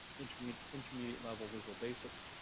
intermediate intermediate level visual basic,